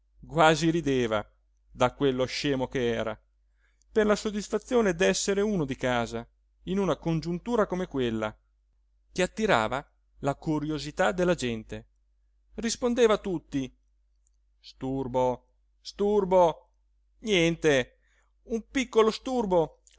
quasi rideva da quello scemo che era per la soddisfazione d'essere uno di casa in una congiuntura come quella che attirava la curiosità della gente rispondeva a tutti sturbo sturbo niente un piccolo sturbo